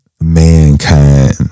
mankind